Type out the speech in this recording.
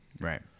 Right